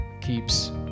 keeps